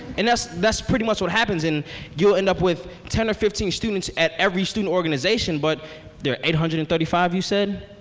and that's that's pretty much what happens. you'll end up with ten or fifteen students at every student organization, but there are eight hundred and thirty five you said?